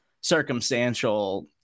circumstantial